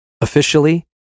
Officially